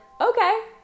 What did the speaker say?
okay